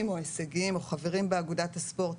או הישגיים או חברים באגודת הספורט,